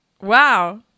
wow